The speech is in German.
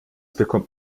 bekommt